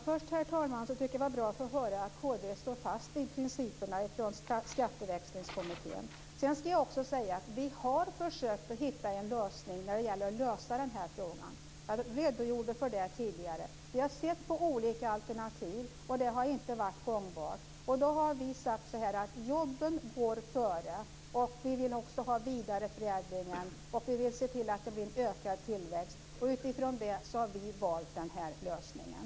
Herr talman! Först tyckte jag att det var bra att få höra att kristdemokraterna står fast vid Skatteväxlingskommitténs principer. Vi har försökt att hitta en lösning på den här frågan, vilket jag tidigare redogjorde för. Vi har sett på olika alternativ, men de har inte varit gångbara. Då har vi sagt att jobben går före samtidigt som vi vill ha vidareförädlingen och se till att det blir en ökad tillväxt. Därför har vi valt den här lösningen.